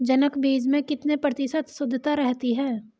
जनक बीज में कितने प्रतिशत शुद्धता रहती है?